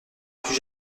plus